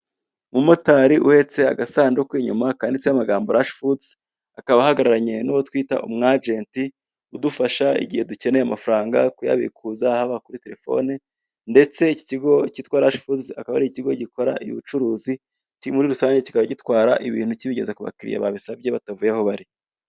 Umumotari uhetse agasanduku inyuma kanditseho amagambo Rush Foods akaba ahagararanye n'uwo twita umwajenti udufasha mu gihe dukeneye amafaranga kuyabikuza haba kuri telefone ndetse iki kigo kiitwa Rush Foods akaba ari ikigo gikora ubucuruzi, muri rusange kikaba gitwara ibintu kibigeza ku bakiriya batavuye aho bari.